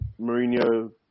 Mourinho